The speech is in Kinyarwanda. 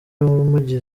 umugira